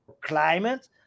climate